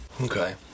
Okay